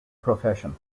profession